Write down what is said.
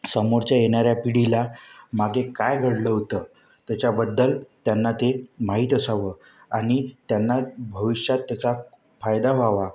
समोरच्या येणाऱ्या पिढीला मागे काय घडलं होतं त्याच्याबद्दल त्यांना ते माहीत असावं आणि त्यांना भविष्यात त्याचा फायदा व्हावा